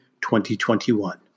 2021